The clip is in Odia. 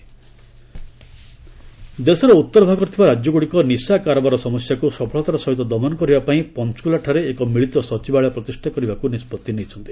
ଡ୍ରଗ୍ସ ମିଟିଂ ଦେଶର ଉତ୍ତର ଭାଗରେ ଥିବା ରାଜ୍ୟଗୁଡ଼ିକ ନିଶା କାରବାର ସମସ୍ୟାକୁ ସଫଳତାର ସହିତ ଦମନ କରିବା ପାଇଁ ପଞ୍ଚକୁଳାଠାରେ ଏକ ମିଳିତ ସଚିବାଳୟ ପ୍ରତିଷ୍ଠା କରିବାକୁ ନିଷ୍ପଭି ନେଇଛନ୍ତି